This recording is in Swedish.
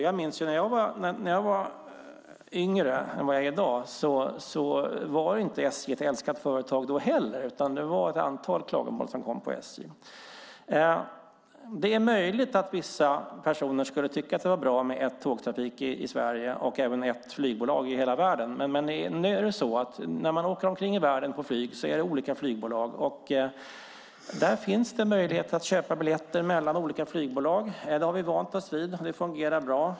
Jag minns dock att när jag var yngre än vad jag är i dag så var inte SJ ett älskat företag då heller, utan det kom ett antal klagomål på SJ. Det är möjligt att vissa personer skulle tycka att det vore bra med ett tågtrafikföretag i Sverige och även ett flygbolag i hela världen, men nu är det så att när man åker omkring i världen på flyg så är det olika flygbolag. Det finns möjlighet att köpa biljetter mellan olika flygbolag. Det har vi vant oss vid, och det fungerar bra.